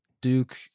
Duke